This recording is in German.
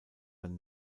sein